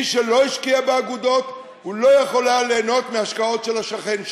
מי שלא השקיע באגודות לא יכול היה ליהנות מהשקעות של השכן שלו.